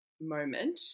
moment